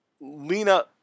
Lena